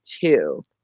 two